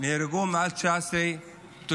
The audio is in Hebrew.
נהרגו מעל 19 תושבים,